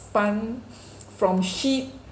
spun from sheep